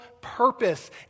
purpose